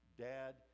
Dad